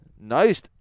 Nice